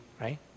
Right